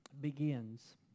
begins